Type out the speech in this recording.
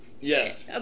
Yes